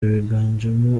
biganjemo